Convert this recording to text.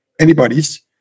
Anybody's